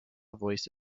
voice